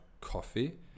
coffee